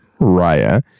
Raya